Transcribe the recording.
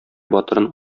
батырын